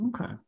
Okay